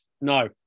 no